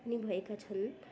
उनी भएका छन्